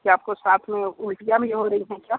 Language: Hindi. क्या आपको साथ में उल्टियाँ भी हो रही हैं क्या